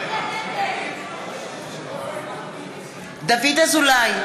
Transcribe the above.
נגד דוד אזולאי,